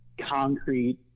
concrete